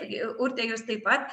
urte jūs taip pat